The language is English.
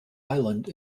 island